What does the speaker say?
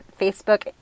Facebook